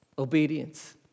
Obedience